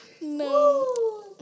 No